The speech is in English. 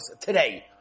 today